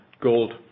gold